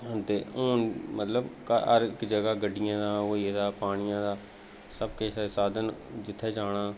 हुन ते हुन मतलब हर इक जगह् गड्डियें दा ओह् होई गेदा पानिये दा सब किश साधन जित्थै जाना